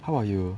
how about you